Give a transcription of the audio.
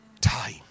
time